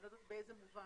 אני לא יודעת באיזה מובן,